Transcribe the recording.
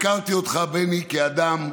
הכרתי אותך, בני, כאדם,